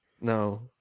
No